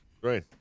Great